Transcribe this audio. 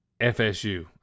FSU